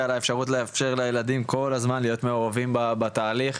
ועל האפשרות לאפשר לילדים כל הזמן להיות מעורבים בתהליך,